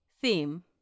theme